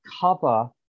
cover